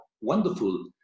wonderful